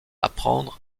apprendre